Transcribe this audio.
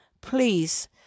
please